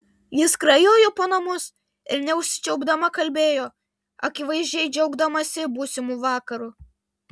ji skrajojo po namus ir neužsičiaupdama kalbėjo akivaizdžiai džiaugdamasi būsimu vakaru